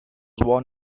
born